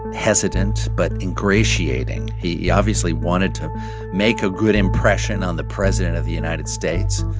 hesitant but ingratiating. he obviously wanted to make a good impression on the president of the united states.